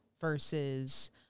versus